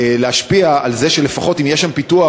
להשפיע על זה שלפחות אם יהיה שם פיתוח,